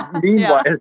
Meanwhile